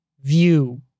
view